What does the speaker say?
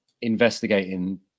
investigating